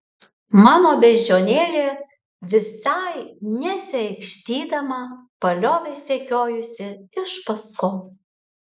mano beždžionėlė visai nesiaikštydama paliovė sekiojusi iš paskos